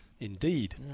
indeed